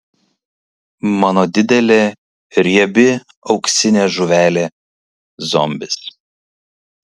mano didelė riebi auksinė žuvelė zombis